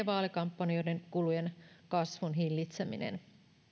vaalikampanjoiden kulujen kasvun hillitseminen